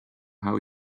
how